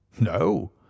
no